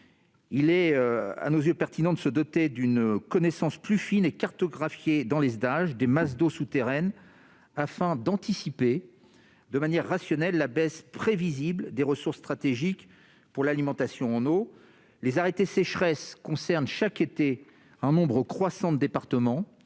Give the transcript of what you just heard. Il est pertinent de se doter d'une connaissance plus fine et cartographiée dans les Sdage des masses d'eau souterraines, afin d'anticiper de manière rationnelle la baisse prévisible des ressources stratégiques pour l'alimentation en eau potable. Les arrêtés « sécheresse » concernent chaque été un nombre croissant de départements